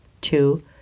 two